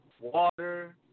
water